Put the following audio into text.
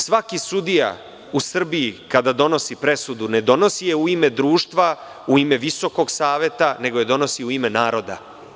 Svaki sudija u Srbiji, kada donosi presudu, ne donosi je u ime društva, u ime Visokog saveta, nego donosi je u ime naroda.